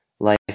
life